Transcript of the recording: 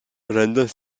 rendant